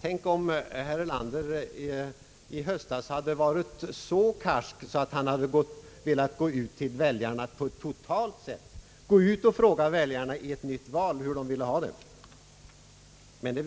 Tänk om herr Erlander i höstas hade varit så karsk att han hade gått ut till väljarna och låtit dessa radikalt ge till känna sin mening i ett nytt val! — Men det ville han inte.